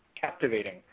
captivating